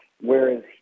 whereas